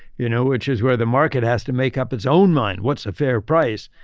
you know, which is where the market has to make up its own mind, what's a fair price.